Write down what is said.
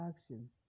action